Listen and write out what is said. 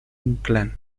inclán